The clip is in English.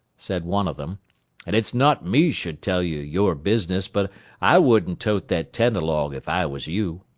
said one of them and it's not me should tell you your business, but i wouldn't tote that tent along if i was you.